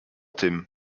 tym